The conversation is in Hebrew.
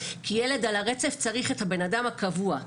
כי ילד על הרצף צריך את הבן אדם הקבוע.